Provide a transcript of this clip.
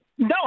No